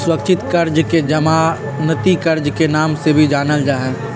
सुरक्षित कर्ज के जमानती कर्ज के नाम से भी जानल जाहई